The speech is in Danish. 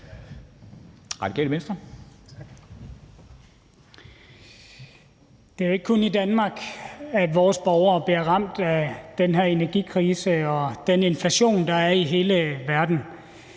Det er jo ikke kun i Danmark, at borgere bliver ramt af den her energikrise og den inflation, der er i hele verden.